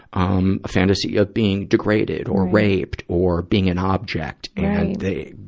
um, a fantasy of being degraded or raped or being an object. and they,